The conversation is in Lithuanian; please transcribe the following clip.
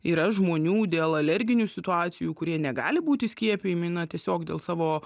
yra žmonių dėl alerginių situacijų kurie negali būti skiepijami na tiesiog dėl savo